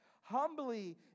Humbly